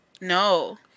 No